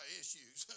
issues